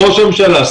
ראש הממשלה,